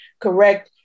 correct